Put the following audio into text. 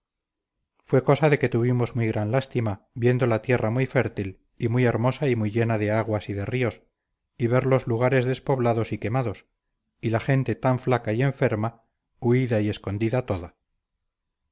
fue cosa de que tuvimos muy gran lástima viendo la tierra muy fértil y muy hermosa y muy llena de aguas y de ríos y ver los lugares despoblados y quemados y la gente tan flaca y enferma huida y escondida toda